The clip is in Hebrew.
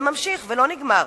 זה ממשיך ולא נגמר.